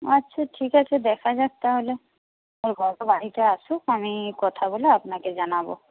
আচ্ছা ঠিক আছে দেখা যাক তাহলে ওর বাবা বাড়িতে আসুক আমি কথা বলে আপনাকে জানাবো